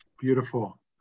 Beautiful